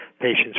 patients